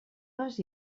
les